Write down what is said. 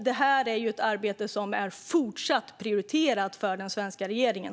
Det här är ett arbete som även fortsättningsvis är prioriterat för den svenska regeringen.